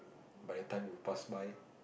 by the time you pass by